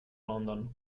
london